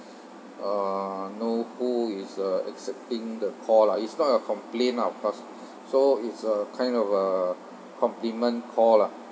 uh know who is uh accepting the call lah it's not a complaint lah of course so it's a kind of a compliment call lah